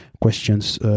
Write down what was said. questions